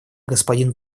господин